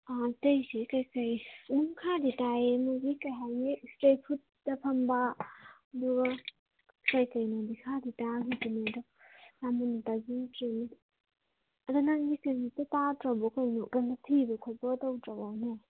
ꯑꯥ ꯑꯇꯩꯁꯤ ꯀꯩ ꯀꯩ ꯑꯗꯨꯝ ꯈꯔꯗꯤ ꯇꯥꯏꯌꯦ ꯃꯈꯣꯏꯒꯤ ꯀꯔꯤ ꯍꯥꯏꯅꯤ ꯏꯁꯇ꯭ꯔꯤꯠ ꯐꯨꯗꯇ ꯐꯝꯕ ꯑꯗꯨꯒ ꯀꯔꯤ ꯀꯔꯤꯅꯣꯅꯦ ꯈꯔꯗꯤ ꯇꯥꯈꯤꯕꯅꯤꯗ ꯑꯗꯣ ꯅꯪꯗꯤ ꯀꯔꯤꯝꯇ ꯇꯥꯗ꯭ꯔꯕꯣ ꯀꯩꯅꯣ ꯀꯔꯤꯝꯇ ꯊꯤꯕ ꯈꯣꯠꯄꯒ ꯇꯧꯗ꯭ꯔꯕꯣꯅꯦ